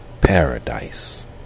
paradise